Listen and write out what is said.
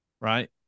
right